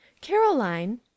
Caroline